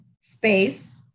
space